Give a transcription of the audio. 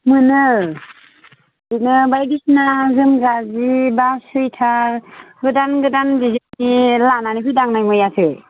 मोनो बिदिनो ओमफ्राय बिसना जोमग्रा सि बा सुवेटार गोदान गोदान दिजाइननि लानानै फैदों आं नै मैयासो